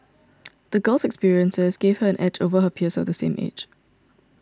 the girl's experiences gave her an edge over her peers of the same age